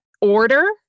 order